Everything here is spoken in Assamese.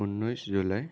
ঊনৈছ জুলাই